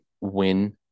win